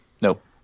Nope